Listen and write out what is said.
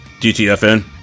DTFN